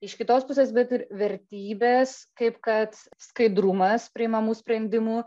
iš kitos pusės bet ir vertybės kaip kad skaidrumas priimamų sprendimų